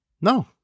no